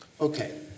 Okay